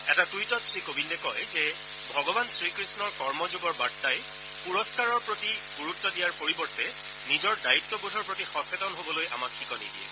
এটা টুইটত শ্ৰীকোবিন্দে কয় যে ভগৱান শ্ৰীকৃষ্ণৰ কৰ্মযোগৰ বাৰ্তাই পুৰস্বাৰৰ প্ৰতি গুৰুত্ব দিয়াৰ পৰিৱৰ্তে নিজৰ দায়িত্ববোধৰ প্ৰতি সচেতন হবলৈ আমাক শিকনি দিয়ে